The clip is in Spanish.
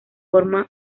forma